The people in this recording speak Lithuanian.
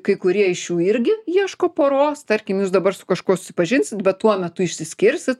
kai kurie iš jų irgi ieško poros tarkim jūs dabar su kažkuo susipažinsit bet tuo metu išsiskirsit